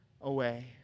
away